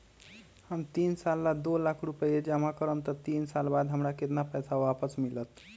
हम तीन साल ला दो लाख रूपैया जमा करम त तीन साल बाद हमरा केतना पैसा वापस मिलत?